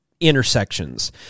intersections